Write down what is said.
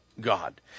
god